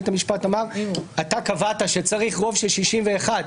בית המשפט אמר שאתה קבעת שצריך רוב של 61,